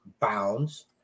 bounds